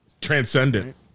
Transcendent